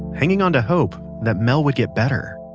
hanging onto hope that mel would get better